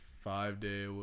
five-day